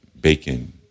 bacon